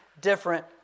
different